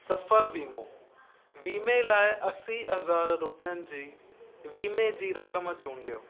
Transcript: सफ़र वीमो वीमे लाइ असीं हज़ार रुपियनि जी वीमे जी रक़म चूंडियो